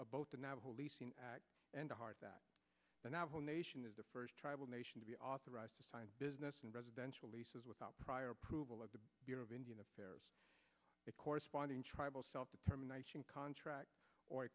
lease and the heart that the navajo nation is the first tribal nation to be authorized to sign business and residential leases without prior approval of the bureau of indian affairs a corresponding tribal self determination contract or